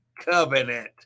covenant